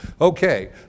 okay